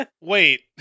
Wait